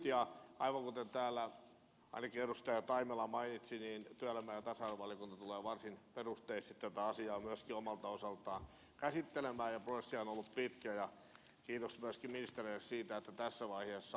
aivan kuten täällä ainakin edustaja taimela mainitsi työelämä ja tasa arvovaliokunta tulee varsin perusteellisesti tätä asiaa myöskin omalta osaltaan käsittelemään prosessihan on ollut pitkä ja kiitokset myöskin ministereille siitä että tässä vaiheessa ollaan